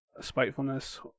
spitefulness